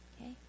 okay